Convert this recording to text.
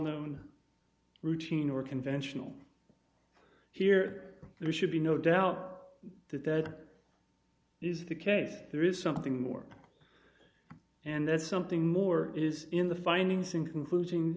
known routine or conventional here there should be no doubt that that is the case there is something more and that's something more is in the findings in conclu